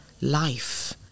life